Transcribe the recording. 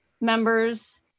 members